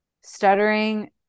Stuttering